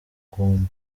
ubugumba